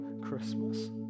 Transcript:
Christmas